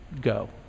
go